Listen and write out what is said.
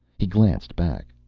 he glanced back.